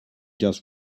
just